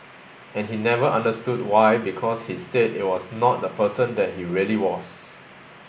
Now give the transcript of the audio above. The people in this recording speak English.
and he never understood why because he said it was not the person that he really was